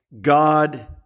God